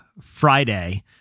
Friday